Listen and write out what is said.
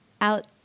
out